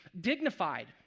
dignified